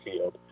field